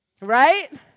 right